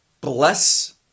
Bless